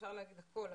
אפשר להגיד הכול,